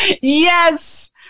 Yes